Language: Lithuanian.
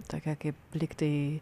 tokia kaip lyg tai